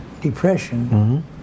depression